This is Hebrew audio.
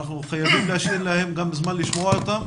אנחנו חייבים להשאיר גם זמן לשמוע אותם,